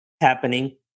happening